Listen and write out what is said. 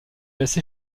laisse